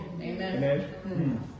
Amen